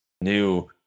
new